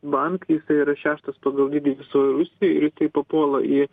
bank jisai yra šeštas pagal dydį visoj rusijoj ir jisai papuola į